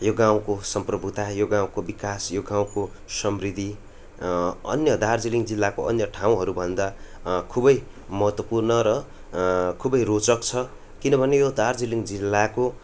यो गाउँको सम्प्रभुता यो गाउँको विकास यो गाउँको समृद्धि अन्य दार्जिलिङ जिल्लाको अन्य ठाउँहरूभन्दा खुबै महत्त्वपूर्ण र खुबै रोचक छ किनभने यो दार्जिलिङ जिल्लाको